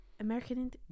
American